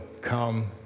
come